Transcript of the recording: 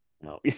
No